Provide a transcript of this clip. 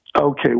Okay